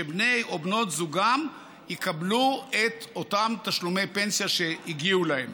שבני או בנות זוגם יקבלו את אותם תשלומי פנסיה שהגיעו להם.